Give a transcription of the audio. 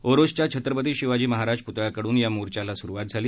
ओरोसच्या छत्रपती शिवाजी महाराज प्तळ्याकड्रन या मोर्चाला सुरुवात झाली